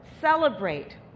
celebrate